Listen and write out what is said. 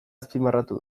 azpimarratu